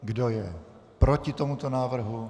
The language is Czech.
Kdo je proti tomuto návrhu?